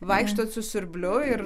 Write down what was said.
vaikštot su siurbliu ir